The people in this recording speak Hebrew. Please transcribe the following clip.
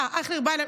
אייכלר בא אליי,